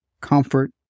comfort